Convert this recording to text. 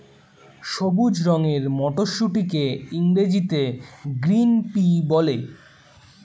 সবুজ রঙের মটরশুঁটিকে ইংরেজিতে গ্রিন পি বলে